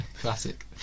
Classic